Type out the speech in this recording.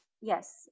Yes